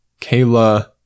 Kayla